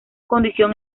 condición